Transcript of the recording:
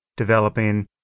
Developing